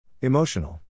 Emotional